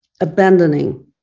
abandoning